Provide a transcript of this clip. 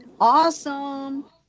Awesome